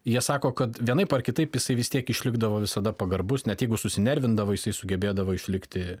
jie sako kad vienaip ar kitaip jisai vis tiek išlikdavo visada pagarbus net jeigu susinervindavo jisai sugebėdavo išlikti